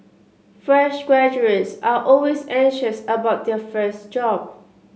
fresh graduates are always anxious about their first job